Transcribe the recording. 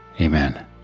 amen